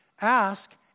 ask